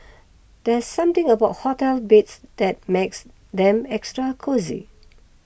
there's something about hotel beds that makes them extra cosy